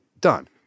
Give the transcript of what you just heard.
done